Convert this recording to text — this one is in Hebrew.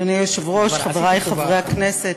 אדוני היושב-ראש, חברי חברי הכנסת,